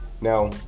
Now